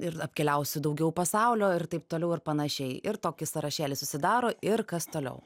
ir apkeliausiu daugiau pasaulio ir taip toliau ir panašiai ir tokį sąrašėlį susidaro ir kas toliau